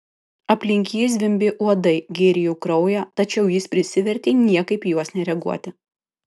aplink jį zvimbė uodai gėrė jo kraują tačiau jis prisivertė niekaip į juos nereaguoti